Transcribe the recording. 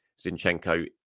Zinchenko